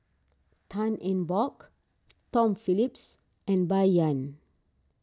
Tan Eng Bock Tom Phillips and Bai Yan